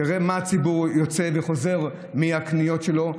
תראה את הציבור יוצא וחוזר מהקניות שלו,